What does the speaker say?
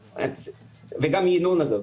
וגם ינון, אגב.